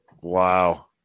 Wow